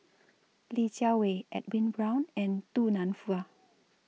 Li Jiawei Edwin Brown and Du Nanfa